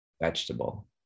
vegetable